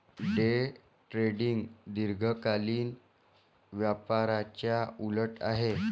day trading दीर्घकालीन व्यापाराच्या उलट आहे